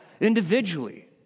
individually